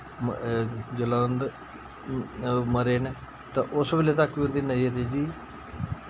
जिल्लै उं'दे मरे न ते उस बेल्ले तक वी उं'दी नजर जिन्दी